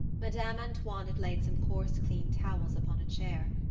madame antoine had laid some coarse, clean towels upon a chair,